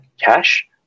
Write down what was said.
cash